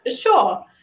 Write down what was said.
Sure